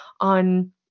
on